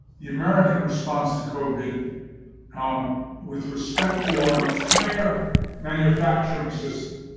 the american response to covid um with respect to our entire manufacturing system,